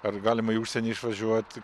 ar galima į užsienį išvažiuot